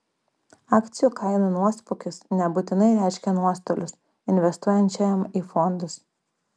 akcijų kainų nuosmukis nebūtinai reiškia nuostolius investuojančiajam į fondus